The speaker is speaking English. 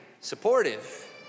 supportive